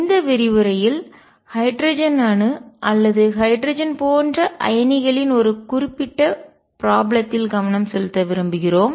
இந்த விரிவுரையில் ஹைட்ரஜன் அணு அல்லது ஹைட்ரஜன் போன்ற அயனிகளின் ஒரு குறிப்பிட்ட ப்ராப்ளம்த்தில் கவனம் செலுத்த விரும்புகிறோம்